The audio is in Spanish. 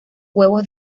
huevos